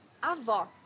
avó